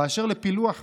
אשר לפילוח המנויים,